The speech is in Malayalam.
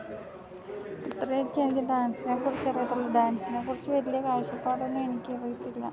ഇത്രയൊക്കേ എനിക്ക് ഡാൻസിനെക്കുറിച്ചറിയത്തുള്ളൂ ഡാൻസിനെ കുറിച്ച് വലിയ കാഴ്ചപ്പാടൊന്നും എനിക്കറിയത്തില്ല